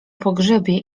pogrzebie